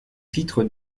titres